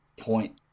point